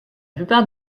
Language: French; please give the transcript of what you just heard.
plupart